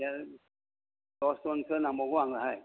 थेन दसजनसो नांबावगौ आंनोहाय